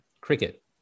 cricket